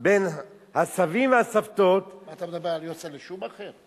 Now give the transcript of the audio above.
בין הסבים והסבתות, אתה מדבר על יוסל'ה שוחמכר?